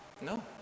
No